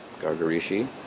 Gargarishi